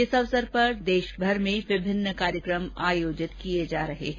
इस अवसर पर देशभर में विभिन्न कार्यक्रम आयोजित किए जा रहे हैं